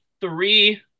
three